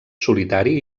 solitari